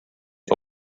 the